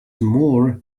more